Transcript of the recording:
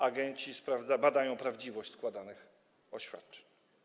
Agenci badają prawdziwość składanych oświadczeń.